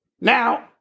Now